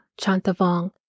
Chantavong